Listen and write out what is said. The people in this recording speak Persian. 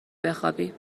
بخوابی